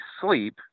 sleep